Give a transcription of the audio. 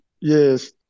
Yes